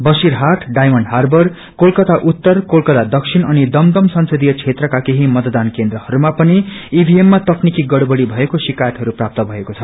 बसीरहाट डायमण्ड हार्वर कोलकता उत्तर कोलकत्ता दक्षिण अनि दमदम संसदीय क्षेत्रका केही मतदान केन्द्रहरूमा पनि ईभीएम तकनीकि गड़बड़ी भएको शिकायतहरू प्राप्त मएको छ